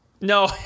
No